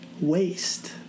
waste